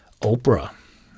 Oprah